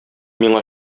миңа